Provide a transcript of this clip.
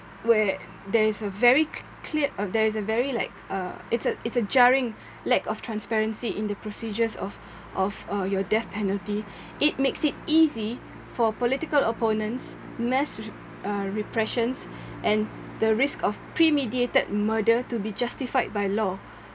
where there is a very cle~ clear uh there is a very like uh it's a it's a jarring lack of transparency in the procedures of of uh your death penalty it makes it easy for political opponents mass uh repressions and the risk of premeditated murder to be justified by law